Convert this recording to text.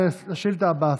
לשאילתה הבאה,